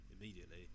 immediately